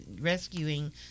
rescuing